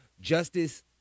Justice